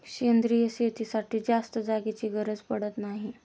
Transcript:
सेंद्रिय शेतीसाठी जास्त जागेची गरज पडत नाही